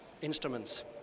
instruments